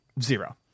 Zero